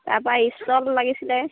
তাৰপৰা ষ্টল লাগিছিলে